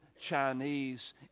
Chinese